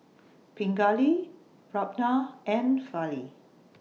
Pingali Ramnath and Fali